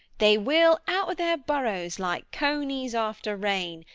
they will out of their burrows, like conies after rain,